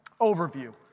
overview